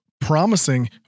promising